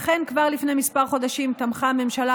לכן כבר לפני כמה חודשים תמכה הממשלה